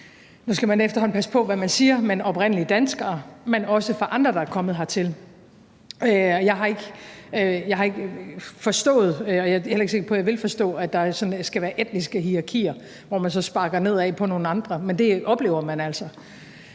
nu skal man efterhånden passe på med, hvad man siger – oprindelige danskere, men også fra andre, der er kommet hertil. Jeg har ikke forstået, og jeg er heller ikke sikker på, at jeg vil forstå, at der sådan skal være etniske hierarkier, hvor man så sparker nedad på nogle andre, men det oplever man altså,